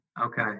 Okay